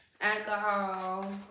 alcohol